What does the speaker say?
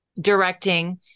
directing